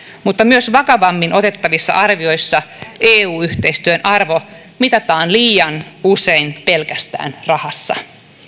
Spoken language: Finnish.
mutta myös vakavammin otettavissa arvioissa eu yhteistyön arvo mitataan liian usein pelkästään rahassa